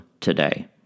today